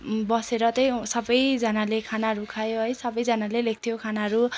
बसेर त्यहीँ सबैजनाले खानाहरू खायौँ है सबैजनाले ल्याएको थियो खानाहरू